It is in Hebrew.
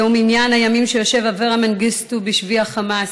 זהו מניין הימים שיושב אברה מנגיסטו בשבי החמאס.